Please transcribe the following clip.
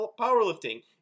Powerlifting